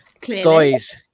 guys